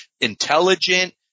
Intelligent